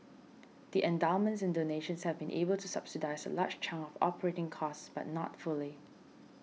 the endowments and donations have been able to subsidise a large chunk of operating costs but not fully